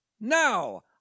Now